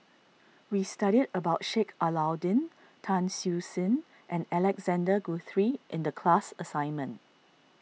we studied about Sheik Alau'ddin Tan Siew Sin and Alexander Guthrie in the class assignment